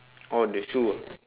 oh the shoe ah